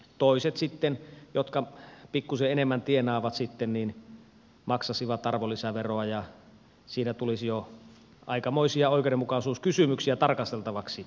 toiset jotka pikkuisen enemmän tienaavat sitten maksaisivat arvonlisäveroa ja siinä tulisi jo aikamoisia oikeudenmukaisuuskysymyksiä tarkasteltavaksi